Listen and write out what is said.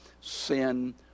sin